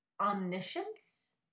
omniscience